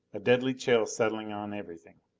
a deadly chill settling on everything.